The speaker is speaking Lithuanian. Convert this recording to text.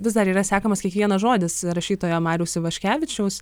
vis dar yra sekamas kiekvienas žodis rašytojo mariaus ivaškevičiaus